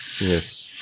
Yes